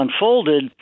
unfolded